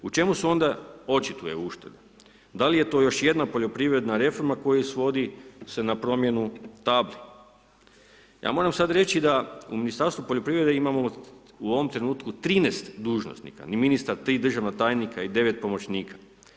U čemu se onda očituje ušteda, da li je to još jedna poljoprivredna reforma koja svodi se na promjenu ... Ja moram sad reći da u Ministarstvu poljoprivrede imamo u ovom trenutku 13 dužnosnika, ministar, 3 državna tajnika i 9 pomoćnika.